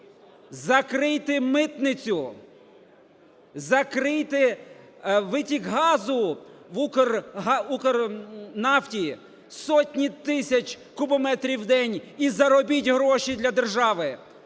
Закрийте митницю. Закрийте витік газу в "Укрнафті", сотні тисяч кубометрів в день, і заробіть гроші для держави.